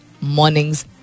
Mornings